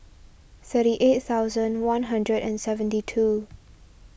thirty eight thousand one hundred and seventy two